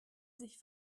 sich